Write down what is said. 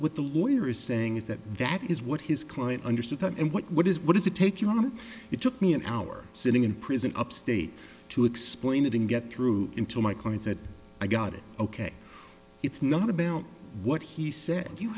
what the lawyer is saying is that that is what his client understood and what does what does it take you on a it took me an hour sitting in prison upstate to explain it and get through into my clients that i got it ok it's not about what he said you